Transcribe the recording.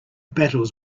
battles